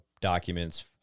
documents